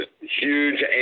huge